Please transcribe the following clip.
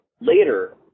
later